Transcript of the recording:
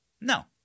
no